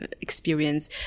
experience